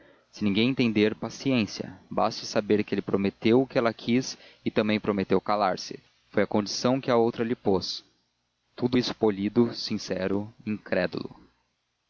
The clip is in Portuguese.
se ninguém entender paciência baste saber que ele prometeu o que ela quis e também prometeu calar-se foi a condição que a outra lhe pos tudo isso polido sincero e incrédulo